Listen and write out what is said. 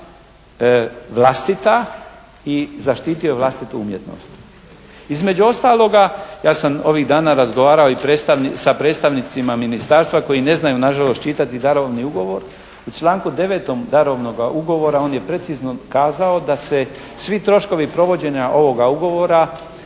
vlastita i zaštitio je vlastitu umjetnost. Između ostaloga ja sam ovih dana razgovarao sa predstavnicima Ministarstva koji ne znaju nažalost čitati darovni ugovor, u članku 9. darovnoga ugovora on je precizno kazao da se svi troškovi provođenja ovoga ugovora